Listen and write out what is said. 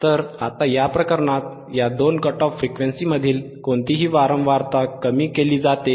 तर आता या प्रकरणात या दोन कट ऑफ फ्रिक्वेन्सींमधील कोणतीही वारंवारता कमी केली जाते